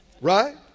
Right